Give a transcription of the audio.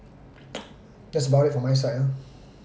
that's about it for my side ah